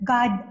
God